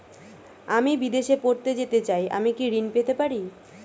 আমি বিদেশে পড়তে যেতে চাই আমি কি ঋণ পেতে পারি?